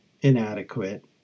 inadequate